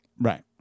Right